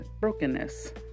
brokenness